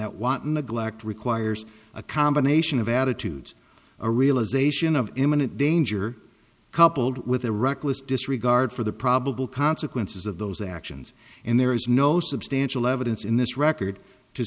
requires a combination of attitudes a realisation of imminent danger coupled with a reckless disregard for the probable consequences of those actions and there is no substantial evidence in this record to